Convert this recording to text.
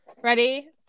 Ready